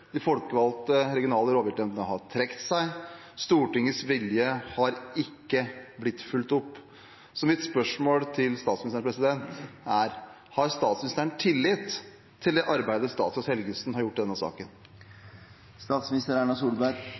De folkevalgte regionale rovviltnemndene har trukket seg. Stortingets vilje har ikke blitt fulgt opp. Så mitt spørsmål til statsministeren er: Har statsministeren tillit til det arbeidet statsråd Helgesen har gjort i denne